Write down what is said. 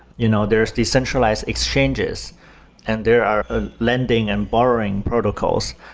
you know there's decentralized exchanges and there are ah lending and borrowing protocols.